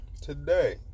Today